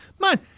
man